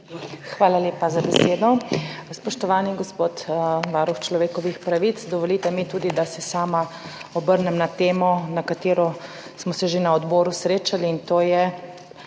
Hvala lepa za besedo. Spoštovani gospod varuh človekovih pravic! Dovolite mi tudi, da se sama obrnem na temo, na katero smo se že na odboru srečali, ne